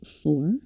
four